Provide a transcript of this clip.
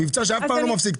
מבצע שאף פעם לא מפסיק,